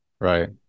Right